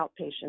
outpatient